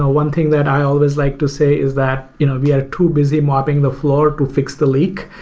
ah one thing that i always like to say is that you know we are too busy mopping the floor to fix the leak.